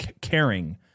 Caring